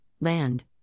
land